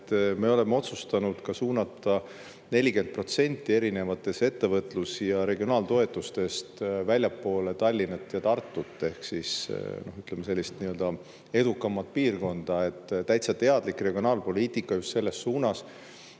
Me oleme otsustanud suunata 40% erinevatest ettevõtlus- ja regionaaltoetustest väljapoole Tallinna ja Tartut ehk nii-öelda edukamat piirkonda. Täitsa teadlik regionaalpoliitika just selles suunas,